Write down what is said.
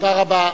תודה רבה.